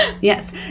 Yes